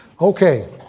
Okay